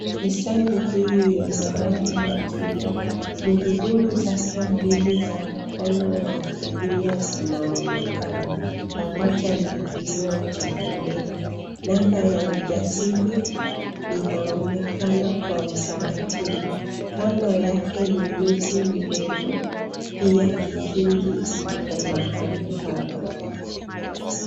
Nisani hii yenye rangi ya jivu. Gurudumu zake mbili za mkono wa kulia zinaonekana pamoja na kioo cha pembeni. Namba ya usajili inaonekana kwa utaratibu. Kando yake ni miti mirefu. Pia kikingi iko mahali hapa.